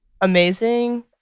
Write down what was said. amazing